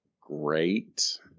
great